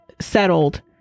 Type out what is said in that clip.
settled